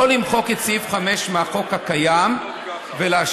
לא למחוק את סעיף 5 מהחוק הקיים ולהשאיר